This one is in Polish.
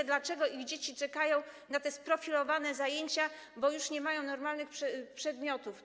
Pytali, dlaczego ich dzieci czekają na te sprofilowane zajęcia, bo już nie mają normalnych przedmiotów.